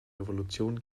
revolution